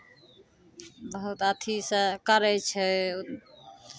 बहुत अथिसँ करै छै